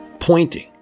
Pointing